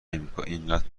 امریکااینقدر